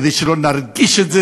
כדי שלא נרגיש את זה.